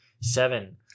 seven